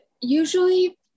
usually